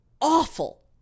awful